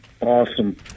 Awesome